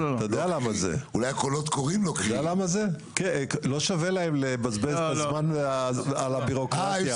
לא שווה להם לבזבז את הזמן על הבירוקרטיה.